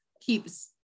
keeps